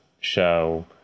show